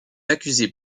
accusé